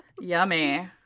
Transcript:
Yummy